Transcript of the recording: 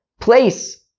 place